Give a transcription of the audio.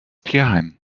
tierheim